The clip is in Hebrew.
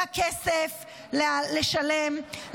היה כסף לשלם,